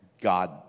God